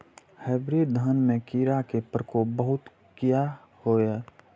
Hybrid धान में कीरा के प्रकोप बहुत किया होया?